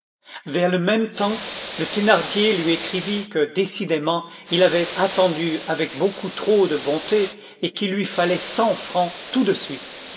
vers le même temps le thénardier lui écrivit que décidément il avait attendu avec beaucoup trop de bonté et qu'il lui fallait cent francs tout de suite